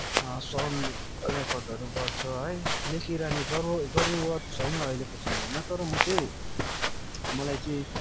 song रेकर्डहरू गर्छ है लेखिरहने जरुर जरुरत छैन अहिलेको समयमा तर म चाहिँ मलाई चाहिँ